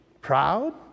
Proud